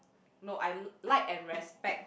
no I like and respect